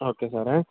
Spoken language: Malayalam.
ഓക്കെ സാറേ